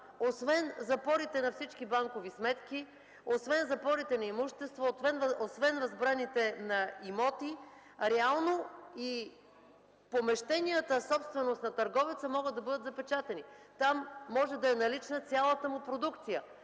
освен запорите на всички банкови сметки, освен запорите на имущество, освен възбраните на имоти, реално и помещенията, собственост на търговеца, могат да бъдат запечатани. Там може да е налична цялата му продукция